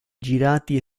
girati